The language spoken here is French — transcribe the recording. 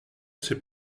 c’est